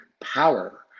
power